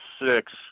six